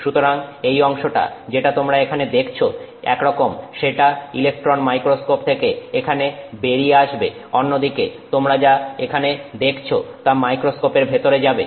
সুতরাং এই অংশটা যেটা তোমার এখানে দেখছো একরকম সেটা ইলেকট্রন মাইক্রোস্কোপ থেকে এখানে বেরিয়ে আসবে অন্যদিকে তোমরা যা এখানে দেখছো তা মাইক্রোস্কোপের ভেতরে যাবে